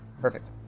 Perfect